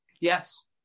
Yes